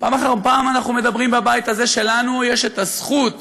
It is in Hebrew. פעם אחר פעם אנחנו אומרים בבית הזה שלנו יש את הזכות,